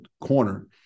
corner